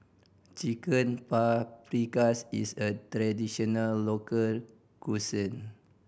Chicken Paprikas is a traditional local cuisine